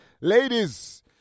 ladies